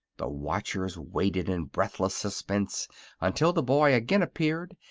the watchers waited in breathless suspense until the boy again appeared,